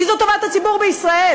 כי זאת טובת הציבור בישראל.